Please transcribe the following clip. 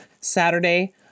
Saturday